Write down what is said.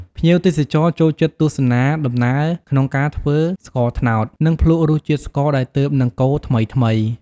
ភ្ញៀវទេសចរចូលចិត្តទស្សនាដំណើរក្នុងការធ្វើស្ករត្នោត និងភ្លក្សរសជាតិស្ករដែលទើបនឹងកូរថ្មីៗ។